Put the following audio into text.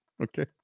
Okay